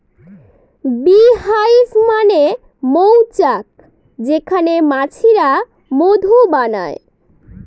bee hive মানে মৌচাক যেখানে মৌমাছিরা মধু বানায়